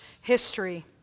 history